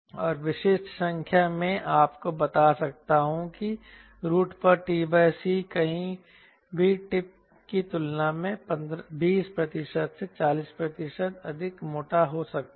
और विशिष्ट संख्या मैं आपको बता सकता हूं कि रूट पर t c कहीं भी टिप की तुलना में 20 प्रतिशत से 40 प्रतिशत अधिक मोटा हो सकता है